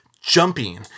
jumping